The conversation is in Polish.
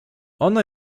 ona